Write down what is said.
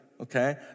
okay